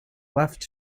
left